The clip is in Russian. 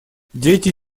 дети